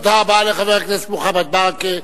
תודה רבה לחבר הכנסת מוחמד ברכה.